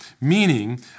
Meaning